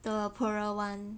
the poorer one